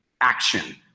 action